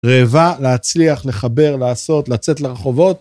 רעבה, להצליח, לחבר, לעשות, לצאת לרחובות.